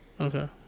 Okay